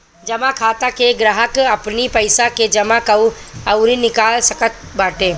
जमा खाता में ग्राहक अपनी पईसा के जमा अउरी निकाल सकत बाटे